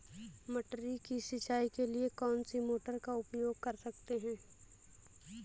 मटर की सिंचाई के लिए कौन सी मोटर का उपयोग कर सकते हैं?